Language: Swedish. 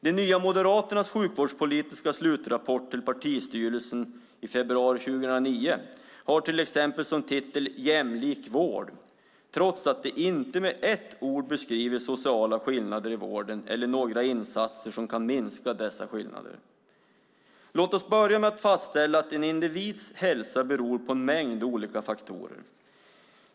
De nya Moderaternas sjukvårdspolitiska slutrapport till partistyrelsen i februari 2009 har till exempel som titel Jämlik vård , trots att den inte med ett ord beskriver sociala skillnader i vården eller några insatser som kan minska dessa skillnader. Låt oss börja med att fastställa att en individs hälsa beror på en mängd olika faktorer.